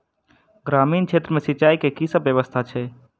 ग्रामीण क्षेत्र मे सिंचाई केँ की सब व्यवस्था छै?